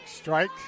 Strike